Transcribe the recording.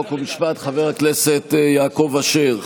חוק ומשפט חבר הכנסת יעקב אשר.